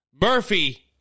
Murphy